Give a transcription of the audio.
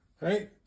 right